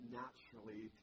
naturally